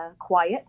quiet